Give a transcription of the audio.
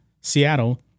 Seattle